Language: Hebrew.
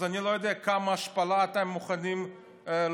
אז אני לא יודע כמה השפלה אתם מוכנים לעבור,